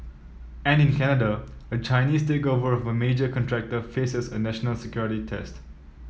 and in Canada a Chinese takeover of a major contractor faces a national security test